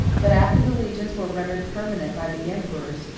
but after the legions were rendered permanent by the emperors,